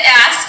ask